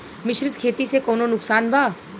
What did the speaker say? मिश्रित खेती से कौनो नुकसान बा?